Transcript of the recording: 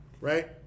right